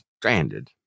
stranded